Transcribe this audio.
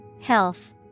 Health